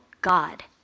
God